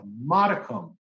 modicum